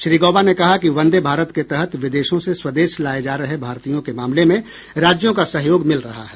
श्री गौबा ने कहा कि वंदे भारत के तहत विदेशों से स्वदेश लाए जा रहे भारतीयों के मामले में राज्यों का सहयोग मिल रहा है